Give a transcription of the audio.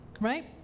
right